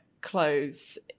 clothes